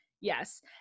Yes